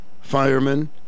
firemen